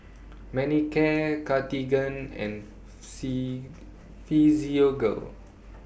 Manicare Cartigain and C Physiogel